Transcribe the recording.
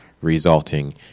resulting